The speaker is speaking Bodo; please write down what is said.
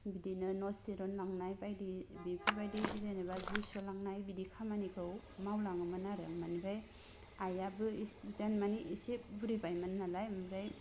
बिदिनो न'सिरन लांनाय बायदि बिफोरबायदि जेनोबा जि सुलांनाय बिदि खामानिखौ मावलांङोमोन आरो ओमफ्राय आइयाबो एसे बुरिबायमोन नालाय